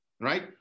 right